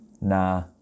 Nah